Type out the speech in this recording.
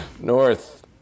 North